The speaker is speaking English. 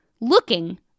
looking